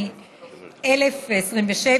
מ/1027,